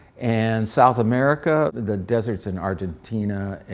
and south america the deserts in argentina,